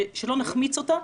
וטוב שלא נחמיץ אותה,